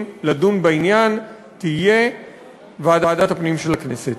לדון בעניין תהיה ועדת הפנים של הכנסת.